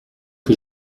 que